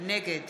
נגד